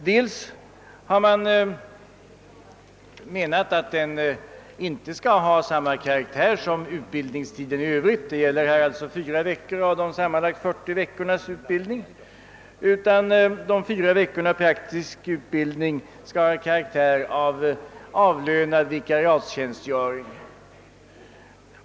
Man har menat att denna inte skall ha samma karaktär som utbildningstiden i övrigt — det gäller ju här fyra veckor av sammanlagt 50 veckors utbildning. De fyra veckorna med praktisk utbildning skall — menar man —- ha karaktären av avlönad vikariatstjänstgöring.